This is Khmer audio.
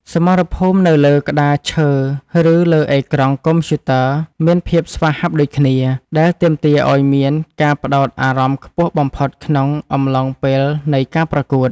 សមរភូមិនៅលើក្តារឈើឬលើអេក្រង់កុំព្យូទ័រមានភាពស្វាហាប់ដូចគ្នាដែលទាមទារឱ្យមានការផ្ដោតអារម្មណ៍ខ្ពស់បំផុតក្នុងអំឡុងពេលនៃការប្រកួត។